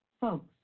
Folks